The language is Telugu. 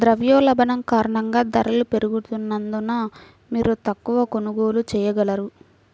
ద్రవ్యోల్బణం కారణంగా ధరలు పెరుగుతున్నందున, మీరు తక్కువ కొనుగోళ్ళు చేయగలరు